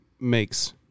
makes